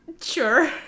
Sure